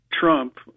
Trump